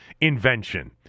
invention